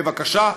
בבקשה,